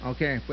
Okay